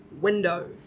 window